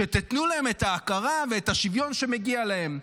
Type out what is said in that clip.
שתיתנו להם את ההכרה ואת השוויון שמגיעים להם.